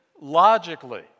logically